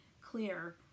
clear